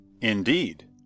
Indeed